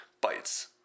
Bites